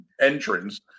entrance